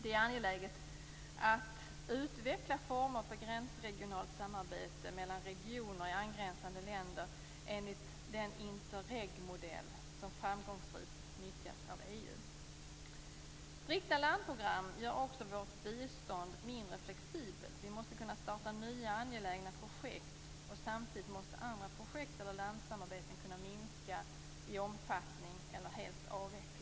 Det är angeläget att utveckla former för gränsregionalt samarbete mellan regioner i angränsande länder enligt den interreg-modell som framgångsrikt nyttjas av EU. Strikta landprogram gör också vårt bistånd mindre flexibelt. Vi måste kunna starta nya angelägna projekt, och samtidigt måste andra projekt eller landsamarbeten kunna minska i omfattning eller helt avvecklas.